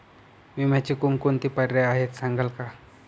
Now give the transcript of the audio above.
विम्याचे कोणकोणते पर्याय आहेत सांगाल का?